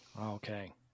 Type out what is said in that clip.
okay